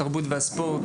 התרבות והספורט,